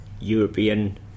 European